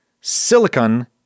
Silicon